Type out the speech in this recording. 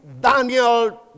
Daniel